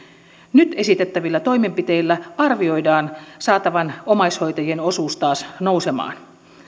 nyt esitettävillä toimenpiteillä arvioidaan saatavan omaishoitajien osuus taas nousemaan